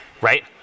right